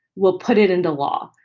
we'll put it into law.